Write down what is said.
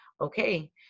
Okay